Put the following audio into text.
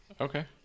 okay